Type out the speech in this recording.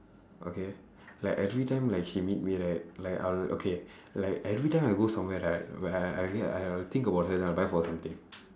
okay like every time like she meet me right like I'll okay like every time I go somewhere right whe~ I I I I'll think of her then I'll buy for her something